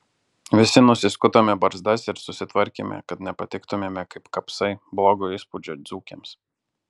visi nusiskutome barzdas ir susitvarkėme kad nepatiktumėme kaip kapsai blogo įspūdžio dzūkėms